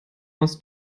aus